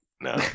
No